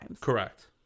Correct